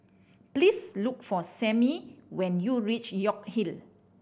please look for Sammy when you reach York Hill